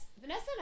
Vanessa